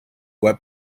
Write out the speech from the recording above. web